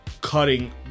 cutting